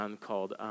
called